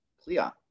clear